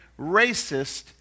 racist